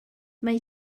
mae